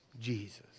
Jesus